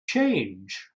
change